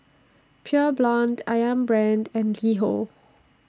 Pure Blonde Ayam Brand and LiHo